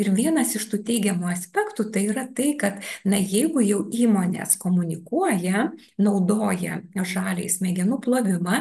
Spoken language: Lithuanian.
ir vienas iš tų teigiamų aspektų tai yra tai kad na jeigu jau įmonės komunikuoja naudoja žaliąjį smegenų plovimą